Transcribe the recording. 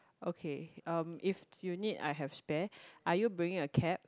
okay um if you need I have spare are you bringing a cap